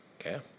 Okay